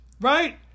right